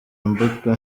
imbuto